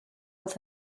with